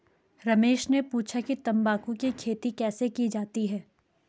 रमेश ने पूछा कि तंबाकू की खेती कैसे की जाती है?